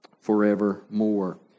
forevermore